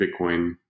Bitcoin